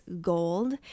gold